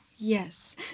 Yes